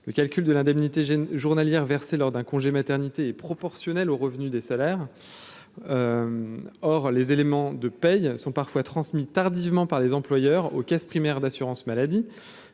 le calcul de l'indemnité journalière versées lors d'un congé maternité est proportionnel aux revenus des salaires hors les éléments de paye sont parfois transmis tardivement par les employeurs aux caisses primaires d'assurance maladie,